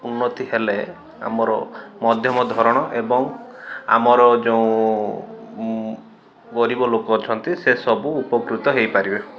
ଉନ୍ନତି ହେଲେ ଆମର ମଧ୍ୟମ ଧରଣ ଏବଂ ଆମର ଯେଉଁ ଗରିବ ଲୋକ ଅଛନ୍ତି ସେ ସବୁ ଉପକୃତ ହେଇପାରିବେ